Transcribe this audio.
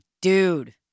dude